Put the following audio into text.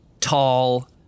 tall